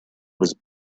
was